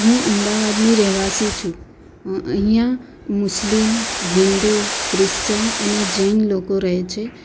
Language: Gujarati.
હું અમદાવાદની રહેવાસી છું અહીંયા મુસ્લિમ હિન્દુ ક્રીશ્ચન અને જૈન લોકો રહે છે